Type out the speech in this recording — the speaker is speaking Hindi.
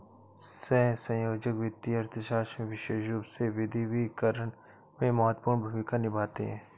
सहसंयोजक वित्तीय अर्थशास्त्र में विशेष रूप से विविधीकरण में महत्वपूर्ण भूमिका निभाते हैं